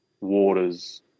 waters